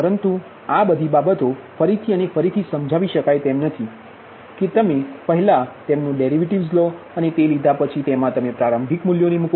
પરંતુ આ બધી બાબતો ફરીથી અને ફરીથી સમજાવી શકાય તેમ નથી કે તમે પહેલા તેમનો ડેરિવેટિવ્ઝ લો અને તે લીધા પછી તેમા તમે પ્રારંભિક મૂલ્યોને મૂકો